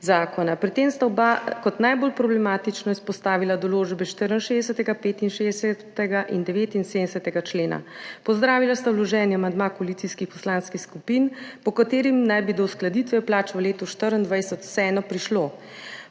zakona. Pri tem sta oba kot najbolj problematične izpostavila določbe 64., 65. in 79. člena. Pozdravila sta vloženi amandma koalicijskih poslanskih skupin, po katerem naj bi vseeno prišlo do uskladitve plač v letu 2024. Prav tako